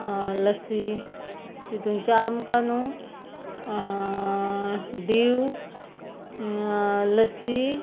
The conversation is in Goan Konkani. लस्सी तितुनचें आमकां न्हू डीव लस्सी